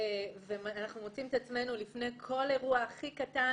אנחנו מוצאים את עצמנו לפני כל אירוע הכי קטן,